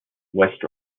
west